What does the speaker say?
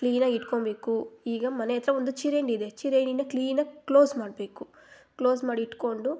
ಕ್ಲೀನಾಗಿ ಇಟ್ಕೊಬೇಕು ಈಗ ಮನೆಯಹತ್ರ ಒಂದು ಚರಂಡಿ ಇದೆ ಚರಂಡಿನ ಕ್ಲೀನಾಗಿ ಕ್ಲೋಸ್ ಮಾಡಬೇಕು ಕ್ಲೋಸ್ ಮಾಡಿಟ್ಕೊಂಡು